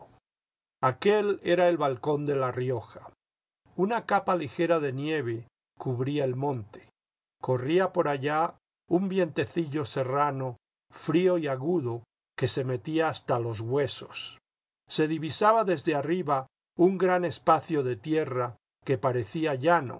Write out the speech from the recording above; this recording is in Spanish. aquel era el balcón de la rioja una capa ligera de nieve cubría el monte corría por allá un vientecillo serrano frío y agudo que se metía hasta los huesos í ve divisaba desde arriba un gran espacio de tierra que parecía